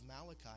Malachi